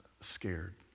scared